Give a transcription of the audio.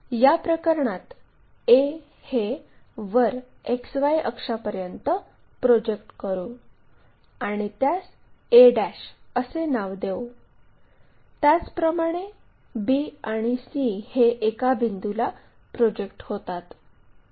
या प्रकरणात a हे वर XY अक्षापर्यंत प्रोजेक्ट करू आणि त्यास a असे नाव देऊ त्याचप्रमाणे b आणि c हे एका बिंदूला प्रोजेक्ट होतात